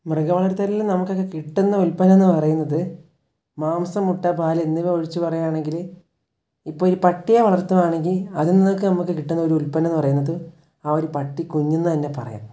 മൃഗ വളർത്തലിൽ നമുക്കൊക്കെ കിട്ടുന്ന ഉൽപ്പന്നം എന്നു പറയുന്നത് മാംസം മുട്ട പാൽ എന്നിവ ഒഴിച്ച് പറയുകയാണെങ്കിൽ ഇപ്പോൾ ഒരു പട്ടിയെ വളർത്തുകയാണെങ്കിൽ അതിൽ നിന്നൊക്കെ നമുക്ക് കിട്ടുന്ന ഒരു ഉൽപ്പന്നം എന്നു പറയുന്നത് ആ ഒരു പട്ടി കുഞ്ഞെന്നുതന്നെ പറയാം